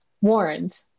warned